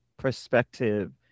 perspective